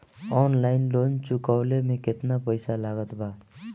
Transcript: Online loan चुकवले मे केतना पईसा लागत बा?